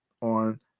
on